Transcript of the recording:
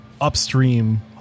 upstream